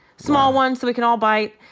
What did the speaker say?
small ones so we can all bite.